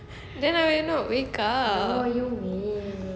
then I will not wake up